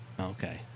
Okay